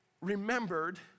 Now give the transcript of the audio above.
remembered